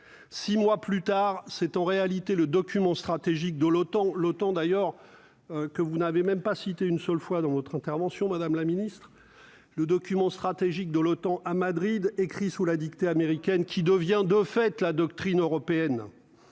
6 mois plus tard, c'est en réalité le document stratégique de l'OTAN, l'OTAN d'ailleurs que vous n'avez même pas cité une seule fois dans votre intervention madame la Ministre, le document stratégique de l'OTAN à Madrid, écrit sous la dictée américaine qui devient de fait la doctrine européenne